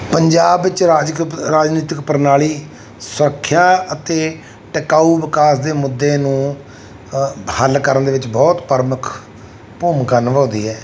ਪੰਜਾਬ ਵਿੱਚ ਰਾਜਕ ਰਾਜਨੀਤਿਕ ਪ੍ਰਣਾਲੀ ਸੁਰੱਖਿਆ ਅਤੇ ਟਿਕਾਊ ਵਿਕਾਸ ਦੇ ਮੁੱਦੇ ਨੂੰ ਹੱਲ ਕਰਨ ਦੇ ਵਿੱਚ ਬਹੁਤ ਪ੍ਰਮੁੱਖ ਭੂਮਿਕਾ ਨਿਭਾਉਂਦੀ ਹੈ